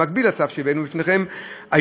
במקביל לצו שהבאנו בפניכם היום,